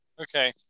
Okay